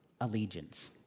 allegiance